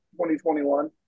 2021